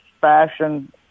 fashion